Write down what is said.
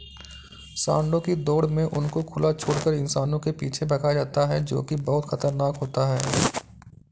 सांडों की दौड़ में उनको खुला छोड़कर इंसानों के पीछे भगाया जाता है जो की बहुत खतरनाक होता है